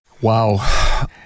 Wow